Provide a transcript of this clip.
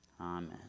Amen